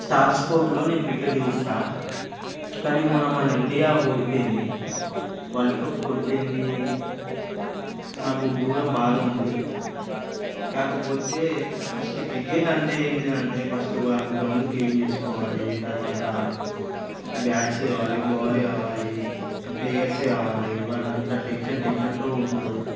star స్పోర్ట్స్లో నేను cricket చూస్తాను కానీ మొన్న మన ఇండియా ఓడిపోయింది వరల్డ్ కప్ ఓడిపోయింది నాకు ఘోరంగా బాధ ఉంది కాకపోతే ఫస్ట్ క్రికెట్ అంటే ఏంటంటే ఫస్ట్ వాళ్ళు గ్రౌండ్ క్లీన్ చేసుకోవాలి తర్వాత బ్యాట్స్ కావాలి బాల్ కావాలి ప్లేయర్స్ కావాలి వాళ్ళంతా టెన్షన్ టెన్షన్తో ఉంటారు